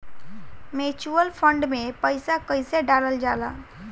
Mutual fund मे पईसा कइसे डालल जाला?